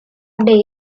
day